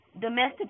domestic